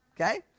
okay